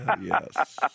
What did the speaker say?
Yes